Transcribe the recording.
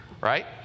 right